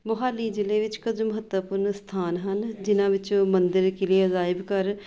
ਮੋਹਾਲੀ ਜ਼ਿਲ੍ਹੇ ਵਿੱਚ ਕੁਝ ਮਹੱਤਵਪੂਰਨ ਸਥਾਨ ਹਨ ਜਿਹਨਾਂ ਵਿੱਚੋਂ ਮੰਦਰ ਕਿਲ੍ਹੇ ਅਜਾਇਬ ਘਰ